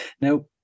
now